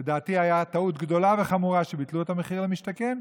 לדעתי הייתה טעות גדולה וחמורה שביטלו את המחיר למשתכן,